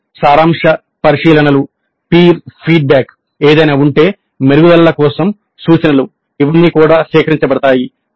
అప్పుడు సారాంశ పరిశీలనలు పీర్ ఫీడ్బ్యాక్ ఏదైనా ఉంటే మెరుగుదల కోసం సూచనలు ఇవన్నీ కూడా సేకరించబడతాయి